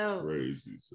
crazy